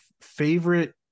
favorite